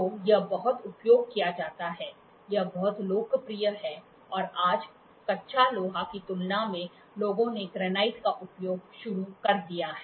तो यह बहुत उपयोग किया जाता है यह बहुत लोकप्रिय है और आज कच्चा लोहा की तुलना में लोगों ने ग्रेनाइट का उपयोग शुरू कर दिया है